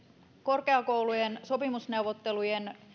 korkeakoulujen sopimusneuvottelujen